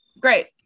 Great